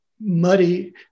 muddy